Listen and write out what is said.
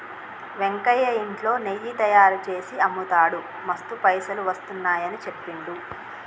వెంకయ్య ఇంట్లో నెయ్యి తయారుచేసి అమ్ముతాడు మస్తు పైసలు వస్తున్నాయని చెప్పిండు